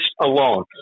alone